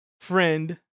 friend